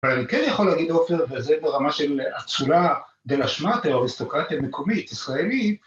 ‫אבל אני כן יכול להגיד, עופר, ‫וזה ברמה של אצולה ‫דלשמאטע או אריסטוקרטיה ‫מקומית, ישראלית...